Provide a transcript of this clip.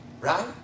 Right